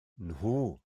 nhw